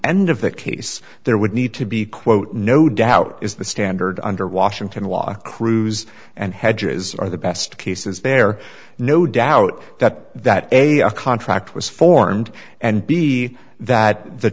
end of that case there would need to be quote no doubt is the standard under washington law cruise and hedges are the best cases there no doubt that that a contract was formed and b that the